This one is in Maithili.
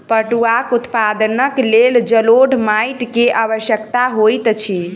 पटुआक उत्पादनक लेल जलोढ़ माइट के आवश्यकता होइत अछि